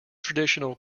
traditional